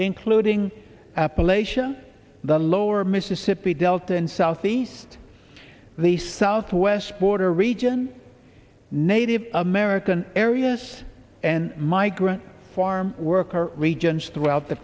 including appalachian the lower mississippi delta and southeast the southwest border region native american areas and migrant farm worker regions throughout the